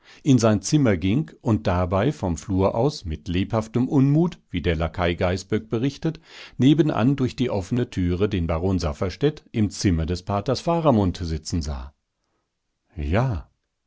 in sein zimmer ging und dabei vom flur aus mit lebhaftem unmut wie der laquai gaißböck berichtet nebenan durch die offene türe den baron safferstätt im zimmer des paters faramund sitzen sah ja